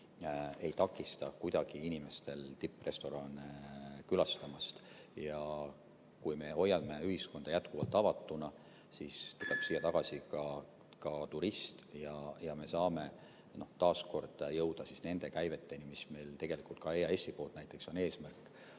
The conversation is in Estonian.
ei takista kuidagi inimestel tipprestorane külastamast. Kui me hoiame ühiskonna jätkuvalt avatuna, siis tuleb siia tagasi ka turist ja me saame taas kord jõuda nende käiveteni, mis meil tegelikult on ka EAS‑i eesmärk,